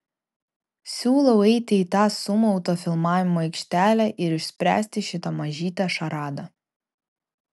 siūlau eiti į tą sumautą filmavimo aikštelę ir išspręsti šitą mažytę šaradą